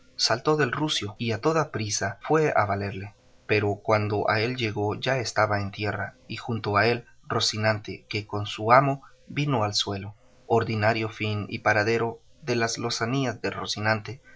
saltó del rucio y a toda priesa fue a valerle pero cuando a él llegó ya estaba en tierra y junto a él rocinante que con su amo vino al suelo ordinario fin y paradero de las lozanías de rocinante